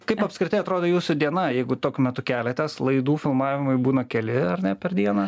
kaip apskritai atrodo jūsų diena jeigu tokiu metu keletės laidų filmavimai būna keli ar ne per dieną